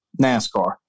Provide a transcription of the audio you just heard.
NASCAR